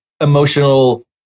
emotional